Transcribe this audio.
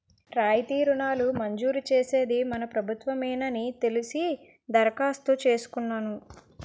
రాయితీ రుణాలు మంజూరు చేసేది మన ప్రభుత్వ మేనని తెలిసి దరఖాస్తు చేసుకున్నాను